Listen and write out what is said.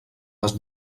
les